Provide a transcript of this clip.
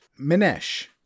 Minesh